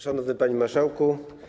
Szanowny Panie Marszałku!